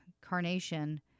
Carnation